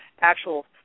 actual